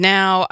Now